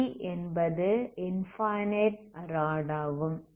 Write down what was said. B என்பது infinite rod ஆகும்